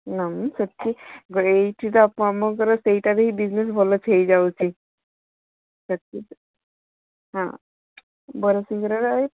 ନାଁ ମୁଁ ସେମିତି ଗୋଟେ ଏଇଠି ତ ସେଇଟା ବି ବିଜିନେସ୍ ଭଲସେ ହୋଇଯାଉଛି ସେତିକି ହଁ ବରା ସିଙ୍ଗଡ଼ାରେ ଆଉ